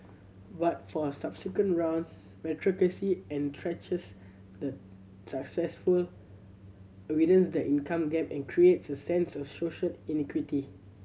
but for subsequent rounds meritocracy entrenches the successful widens the income gap and creates a sense of social inequity